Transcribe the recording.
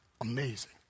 amazing